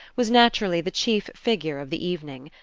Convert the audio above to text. was naturally the chief figure of the evening.